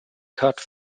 kurt